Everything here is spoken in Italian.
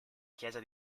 chiesa